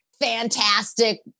fantastic